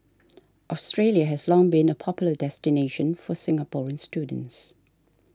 Australia has long been a popular destination for Singaporean students